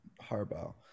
Harbaugh